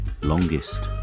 longest